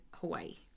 Hawaii